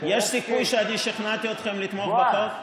יש סיכוי שאני שכנעתי אתכם לתמוך בחוק?